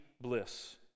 bliss